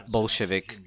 Bolshevik